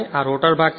આ રોટર ભાગ છે